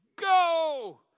go